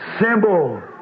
Symbol